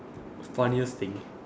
funniest thing